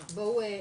בואו,